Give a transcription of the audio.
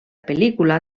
pel·lícula